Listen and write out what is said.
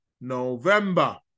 November